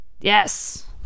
Yes